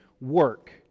work